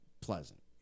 pleasant